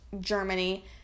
Germany